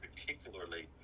particularly